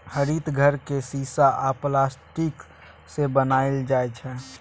हरित घर केँ शीशा आ प्लास्टिकसँ बनाएल जाइ छै